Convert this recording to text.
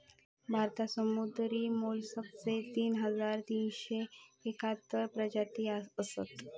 भारतात समुद्री मोलस्कचे तीन हजार तीनशे एकाहत्तर प्रजाती असत